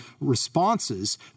responses